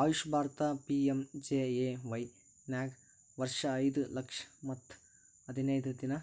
AYUSH Bharat PMJAY ನಾಗ್ ವರ್ಷ ಐಯ್ದ ಲಕ್ಷ ಮತ್ ಹದಿನೈದು ದಿನಾ